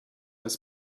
his